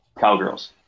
cowgirls